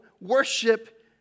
worship